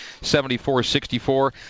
74-64